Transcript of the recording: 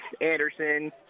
Anderson